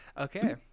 Okay